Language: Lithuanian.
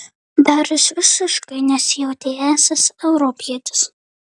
darius visiškai nesijautė esąs europietis